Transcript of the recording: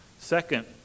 Second